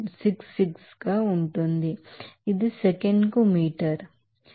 66 గా ఉంటుంది ఇది సెకనుకు మీటర్